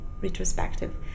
retrospective